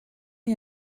you